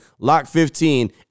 LOCK15